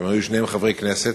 כששניהם היו חברי כנסת,